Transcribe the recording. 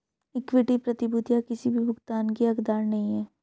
equity प्रतिभूतियां किसी भी भुगतान की हकदार नहीं हैं